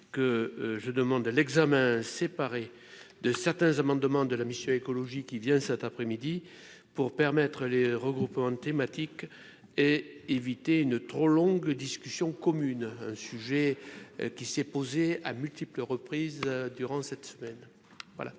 que je demande à l'examen séparé de certains amendements de la mission Écologie qui vient cet après-midi pour permettre les regroupements thématiques et éviter une trop longue discussion commune, un sujet qui s'est posé à multiples reprises durant cette semaine voilà.